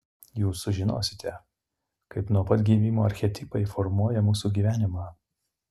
jūs sužinosite kaip nuo pat gimimo archetipai formuoja mūsų gyvenimą